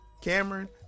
Cameron